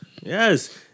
Yes